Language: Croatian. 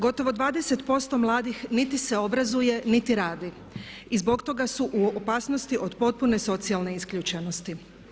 Gotovo 20% mladih niti se obrazuje niti radi i zbog toga su u opasnosti od potpune socijalne isključenosti.